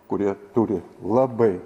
kurie turi labai